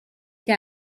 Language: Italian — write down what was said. che